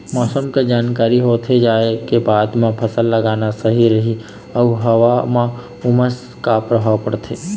मौसम के जानकारी होथे जाए के बाद मा फसल लगाना सही रही अऊ हवा मा उमस के का परभाव पड़थे?